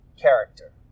character